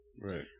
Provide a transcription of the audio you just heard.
right